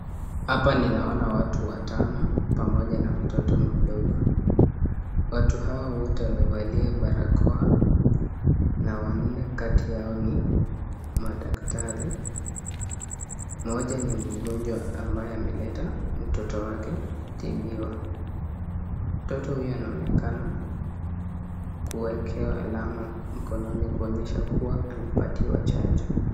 Hapa ninaona watu watano pamoja na mtoto mdogo, watu hawa wote wamevalia parakoa na wanne kati yao ni madaktari mmoja ni mgonjwa ambaye ameleta mtoto wake kutibiwa, mtoto huyu anaonekana kuwekewa alama mkononi kuonyesha kuwa amepatiwa chanjo.